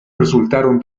resultaron